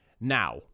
Now